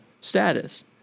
status